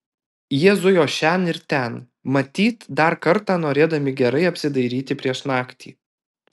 jie zujo šen ir ten matyt dar kartą norėdami gerai apsidairyti prieš naktį